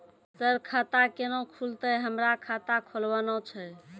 Sir खाता केना खुलतै, हमरा खाता खोलवाना छै?